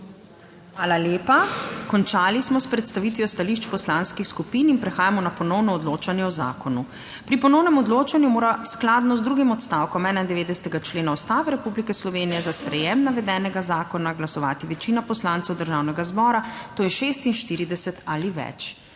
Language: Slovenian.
Hvala lepa. Končali smo s predstavitvijo stališč poslanskih skupin in prehajamo na ponovno odločanje o zakonu. Pri ponovnem odločanju mora skladno z drugim odstavkom 91. člena Ustave Republike Slovenije za sprejem navedenega zakona glasovati večina poslancev Državnega zbora, to je 46 ali več.